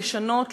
לשנות,